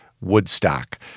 Woodstock